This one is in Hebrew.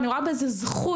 אני רואה בזה זכות.